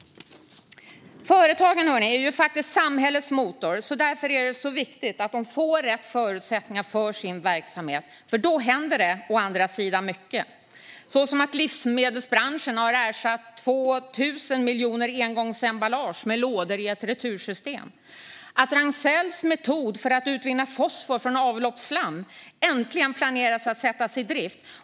Företagen är samhällets motor. Därför är det viktigt att de får rätt förutsättningar för sin verksamhet, för då kan mycket hända. Exempelvis har livsmedelsbranschen ersatt 2 000 miljoner engångsemballage med lådor i ett retursystem, och Ragn-Sells metod för att utvinna fosfor från avloppsslam planeras äntligen att sättas i drift.